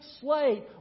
slate